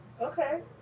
Okay